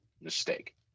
mistake